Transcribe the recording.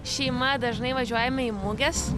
šeima dažnai važiuojame į muges